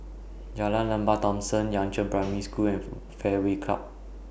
Jalan Lembah Thomson Yangzheng Primary School and Fairway Club